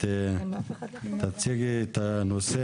את תציגי את הנושא,